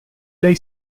lei